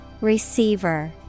Receiver